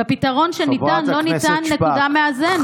לא ניתנה נקודה מאזנת.